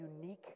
unique